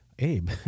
Abe